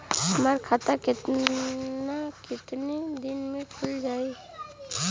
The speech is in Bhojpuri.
हमर खाता कितना केतना दिन में खुल जाई?